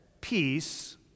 Peace